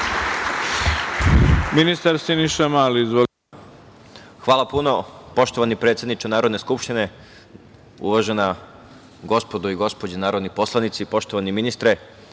ministar Siniša Mali. Izvolite. **Siniša Mali** Hvala puno. Poštovani predsedniče Narodne skupštine, uvažena gospodo i gospođe narodni poslanici, poštovani ministre,